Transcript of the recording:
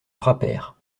frappèrent